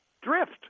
drift